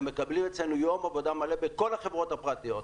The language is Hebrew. הם מקבלים אצלנו יום עבודה מלא בכל החברות הפרטיות,